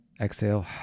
exhale